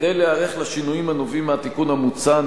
כדי להיערך לשינויים הנובעים מהתיקון המוצע,